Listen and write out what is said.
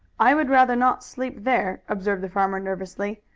i would rather not sleep there, observed the farmer nervously.